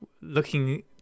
looking